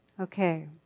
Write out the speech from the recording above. Okay